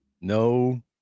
no